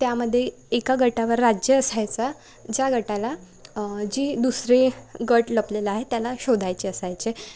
त्यामध्ये एका गटावर राज्य असायचा ज्या गटाला जी दुसरी गट लपलेला आहे त्याला शोधायचे असायचे